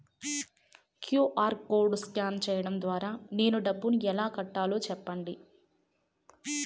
QR code scan సేయడం ద్వారా నేను డబ్బును ఎలా కట్టాలో సెప్పండి?